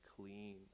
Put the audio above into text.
clean